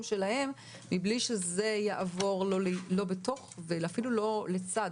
שלהם מבלי שזה יעבור לא בתוך ואפילו לא לצד,